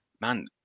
man